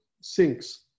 sinks